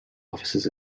offices